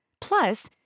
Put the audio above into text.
Plus